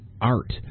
art